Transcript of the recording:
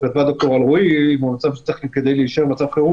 אתם יודעים שזה פוקע ואתם צריכים להיערך קודם לכן,